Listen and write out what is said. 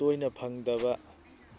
ꯇꯣꯏꯅ ꯐꯪꯗꯕ